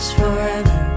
forever